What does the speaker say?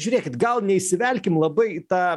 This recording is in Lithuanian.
žiūrėkit gal neįsivelkim labai į tą